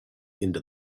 into